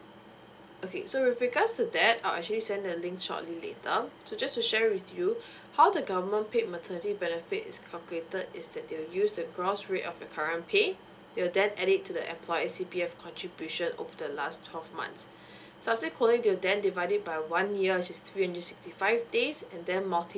okay so with regards to that I'll actually send the link shortly later so just to share with you how the government paid maternity benefits is completed is that they will use the cross rate of your current pay they will then edit to the employer C_P_F contribution over the last twelve months subsequently till then divided by one year sixty hundred sixty five days and then multiply